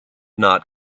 not